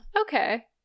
okay